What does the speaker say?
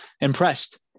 impressed